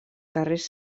carrers